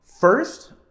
first